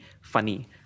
funny